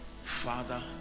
Father